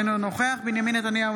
אינו נוכח בנימין נתניהו,